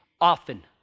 often